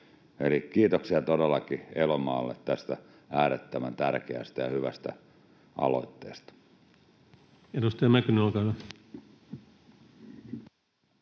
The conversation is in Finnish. Kiitoksia todellakin Elomaalle tästä äärettömän tärkeästä ja hyvästä aloitteesta.